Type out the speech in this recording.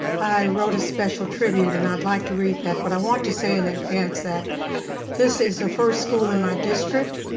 i wrote a special tribute, and i'd like to read that, but i want to say in advance that this is the first school in my district,